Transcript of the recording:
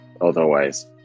otherwise